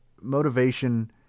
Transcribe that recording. motivation